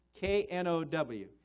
K-N-O-W